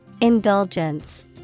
Indulgence